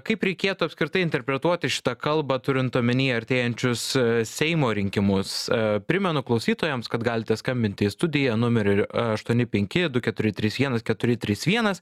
kaip reikėtų apskritai interpretuoti šitą kalbą turint omeny artėjančius seimo rinkimus primenu klausytojams kad galite skambinti į studiją numeriu aštuoni penki du keturi trys vienas keturi trys vienas